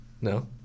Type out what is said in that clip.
No